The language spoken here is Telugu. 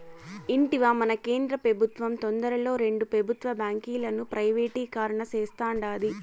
ఇంటివా, మన కేంద్ర పెబుత్వం తొందరలో రెండు పెబుత్వ బాంకీలను ప్రైవేటీకరణ సేస్తాండాది